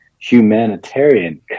humanitarian